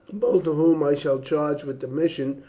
both of whom i shall charge with the mission,